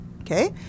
Okay